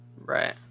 Right